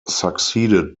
succeeded